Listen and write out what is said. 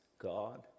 God